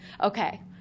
Okay